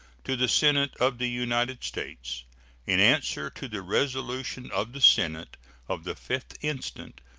to the senate of the united states in answer to the resolution of the senate of the fifth instant,